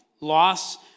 Loss